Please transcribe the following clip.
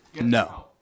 No